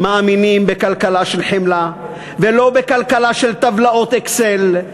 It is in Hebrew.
מאמינים בכלכלה של חמלה ולא בכלכלה של טבלאות "אקסל".